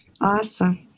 awesome